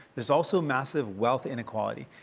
is also massive wealth inequality.